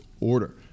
order